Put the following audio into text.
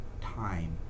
time